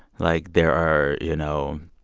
like, there are, you know